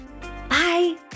bye